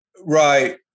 Right